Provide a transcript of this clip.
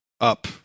up